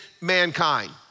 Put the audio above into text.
mankind